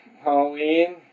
Halloween